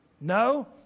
No